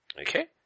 Okay